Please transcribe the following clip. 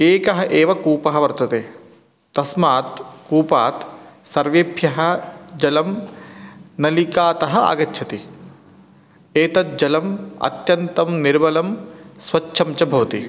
एकः एव कूपः वर्तते तस्मात् कूपात् सर्वेभ्यः जलं नलिकातः आगच्छति एतज्जलम् अत्यन्तं निर्मलं स्वच्छं च भवति